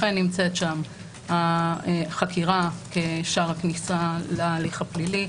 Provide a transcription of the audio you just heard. לכן נמצאת שם החקירה כשער הכניסה להליך הפלילי,